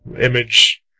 image